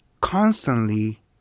constantly